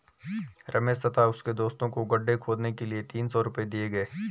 रमेश तथा उसके दोस्तों को गड्ढे खोदने के लिए तीन सौ रूपये दिए गए